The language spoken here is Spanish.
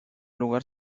lugar